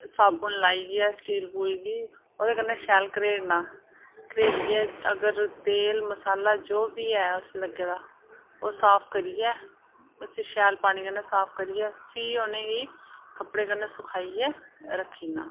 साबुन लाइयै स्टील बूल गी ओह्दे कन्नै शैल करियै घरेड़ना घरेड़ियै अगर तेल मसाला जो बी ऐ उसी लगे दा ओह् साफ करियै उसी शैल पानी कन्नै साफ करियै फ्ही उ'नें गी कपड़े कन्नै सुखाइयै रक्खी ओड़ना